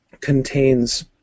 contains